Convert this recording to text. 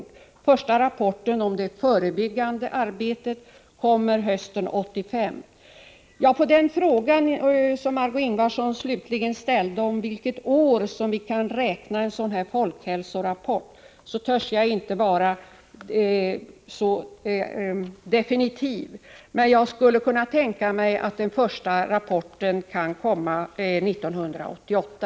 Den första rapporten om det förebyggande arbetet kommer hösten 1985. : På den fråga som Margö Ingvardsson slutligen ställde, om vilket år vi kan räkna med en folkhälsorapport, törs jag inte ge något definitivt svar. Jag Nr 165 skulle emellertid kunna tänka mig att den första rapporten kommer 1988.